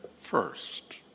first